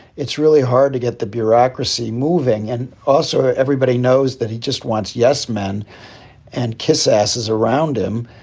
it's really hard to get the bureaucracy moving. and also everybody knows that he just wants, yes, men and kiss asses around him.